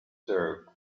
served